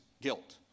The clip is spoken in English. Guilt